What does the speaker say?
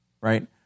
right